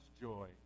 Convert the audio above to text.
joy